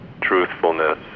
truthfulness